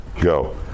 go